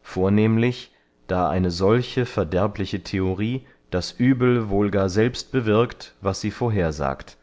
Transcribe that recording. vornehmlich da eine solche verderbliche theorie das uebel wohl gar selbst bewirkt was sie vorhersagt